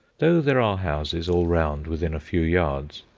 though there are houses all round within a few yards,